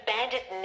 Bandit